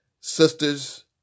sisters